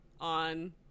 on